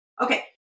Okay